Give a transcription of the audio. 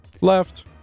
Left